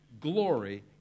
glory